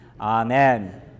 Amen